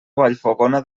vallfogona